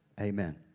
Amen